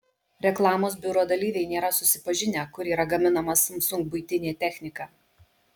reklamos biuro dalyviai nėra susipažinę kur yra gaminama samsung buitinė technika